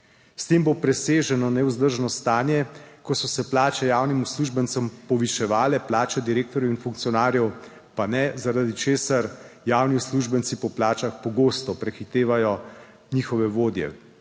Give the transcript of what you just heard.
S tem bo preseženo nevzdržno stanje, ko so se plače javnim uslužbencem poviševale, plače direktorjev in funkcionarjev pa ne, zaradi česar javni uslužbenci po plačah pogosto prehitevajo njihove vodje.